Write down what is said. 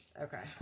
Okay